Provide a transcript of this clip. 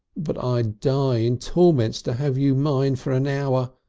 but i'd die in torments to have you mine for an hour.